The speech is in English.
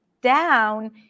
down